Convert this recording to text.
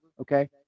okay